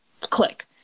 click